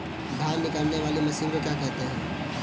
धान निकालने वाली मशीन को क्या कहते हैं?